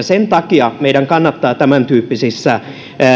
sen takia meidän kannattaa tämäntyyppisissä